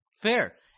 Fair